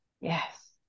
Yes